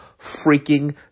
freaking